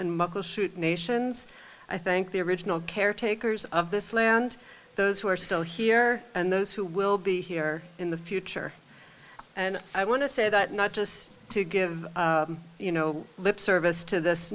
muckleshoot nations i think the original caretakers of this land those who are still here and those who will be here in the future and i want to say that not just to give you know lip service to this